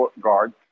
guard